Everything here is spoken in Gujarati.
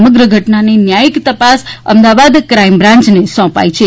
સમગ્ર ઘટનાની ન્યાયીક તપાસ અમદાવાદ ક્રાઇમ બ્રાન્યને સોપાઇ છે